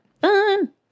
Fun